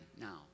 now